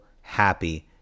happy